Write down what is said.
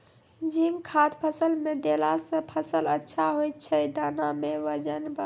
zinc खाद फ़सल मे देला से फ़सल अच्छा होय छै दाना मे वजन ब